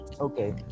Okay